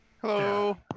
hello